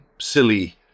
silly